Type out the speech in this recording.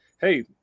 Hey